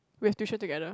we have tuition together